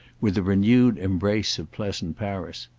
with a renewed embrace of pleasant paris.